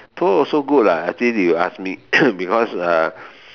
tour also good lah actually if you ask me because uh